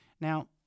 Now